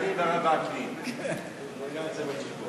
ואני חושב שהגיע הזמן שבאמת אותם